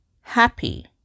happy